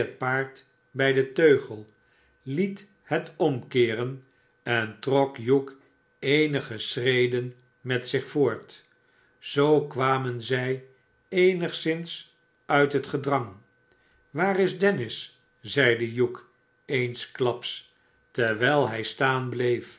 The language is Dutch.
paard bij den teugel liet het omkeeren en trok hugh eenige schreden met zich voort zoo kwamen zij eenigszins uit het gedrang ui r waar is dennis zeide hugh eensklaps terwijl hij staan bleet